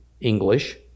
English